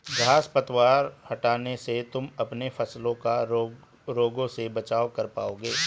घांस पतवार हटाने से तुम अपने फसलों का रोगों से बचाव कर पाओगे